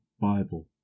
Bible